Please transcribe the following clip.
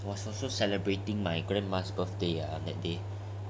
was also celebrating my grandma's birthday ah on that day